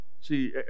See